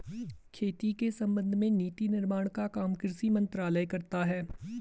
खेती के संबंध में नीति निर्माण का काम कृषि मंत्रालय करता है